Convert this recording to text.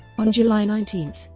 on july nineteen,